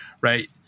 right